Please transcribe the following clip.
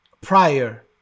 prior